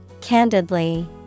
Candidly